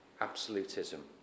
absolutism